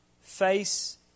face